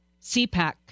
CPAC